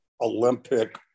Olympic